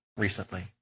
recently